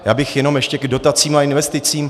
Já bych jenom ještě k dotacím a investicím.